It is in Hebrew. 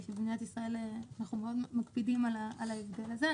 במדינת ישראל אנחנו מאוד מקפידים על ההבדל הזה.